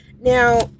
Now